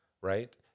right